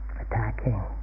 attacking